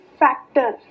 factor